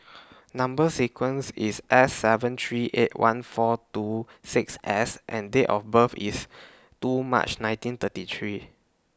Number sequence IS S seven three eight one four two six S and Date of birth IS two March nineteen thirty three